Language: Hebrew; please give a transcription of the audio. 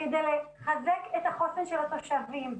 כדי לחזק את החוסן של התושבים.